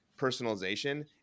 personalization